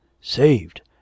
Saved